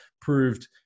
proved